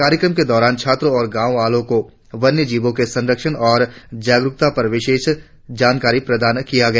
कार्यक्रम के दौरान छात्रों और गांव वालों को वन्यजीवों के संरक्षण और जागरुकता पर विशेष जानकारी प्रदान किया गया